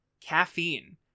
Caffeine